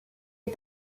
est